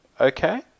Okay